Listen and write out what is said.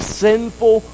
sinful